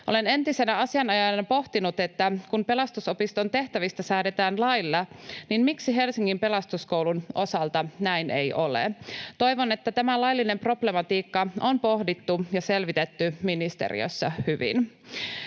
Olen entisenä asianajajana pohtinut, että kun Pelastusopiston tehtävistä säädetään lailla, niin miksi Helsingin Pelastuskoulun osalta näin ei ole. Toivon, että tämä laillinen problematiikka on pohdittu ja selvitetty ministeriössä hyvin.